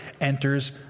enters